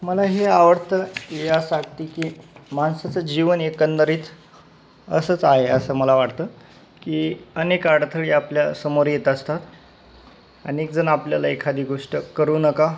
मला हे आवडतं यासाठी की माणसाचं जीवन एकंदरीत असंच आहे असं मला वाटतं की अनेक अडथळे आपल्या समोर येत असतात अनेकजण आपल्याला एखादी गोष्ट करू नका